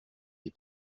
des